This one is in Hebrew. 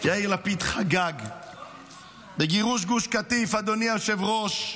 יאיר לפיד חגג בגירוש גוש קטיף, אדוני היושב-ראש.